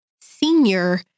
senior